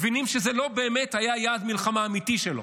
מבינים שזה לא באמת היה יעד מלחמה אמיתי שלו.